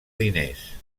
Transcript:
diners